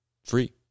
free